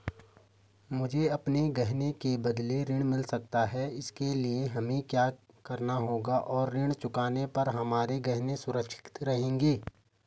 मुझे अपने गहने के बदलें ऋण मिल सकता है इसके लिए हमें क्या करना होगा और ऋण चुकाने पर हमारे गहने सुरक्षित रहेंगे?